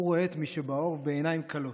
הוא רואה את מי שבאור, ובעיניים כלות.